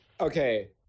Okay